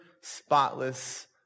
spotless